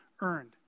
earned